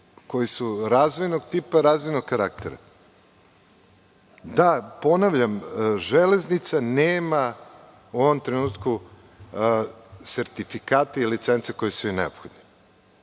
koji su razvojnog tipa, razvojnog karaktera. Da, ponavljam, „Železnica“ nema u ovom trenutku sertifikate i licence koje su joj neophodne.